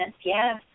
yes